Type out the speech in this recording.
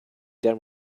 done